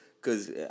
cause